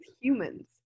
humans